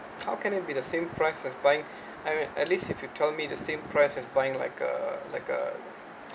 how can it be the same price as buying I mean at least if you tell me the same price as buying like a like a